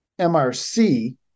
MRC